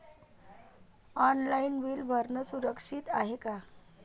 Online bill भरनं सुरक्षित हाय का?